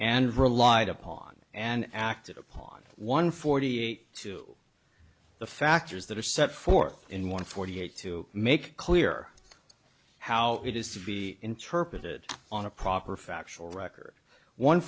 and relied upon and acted upon one forty eight to the factors that are set forth in one forty eight to make clear how it is to be interpreted on a proper factual record one